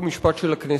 חוק ומשפט של הכנסת,